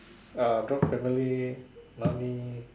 uh drop family money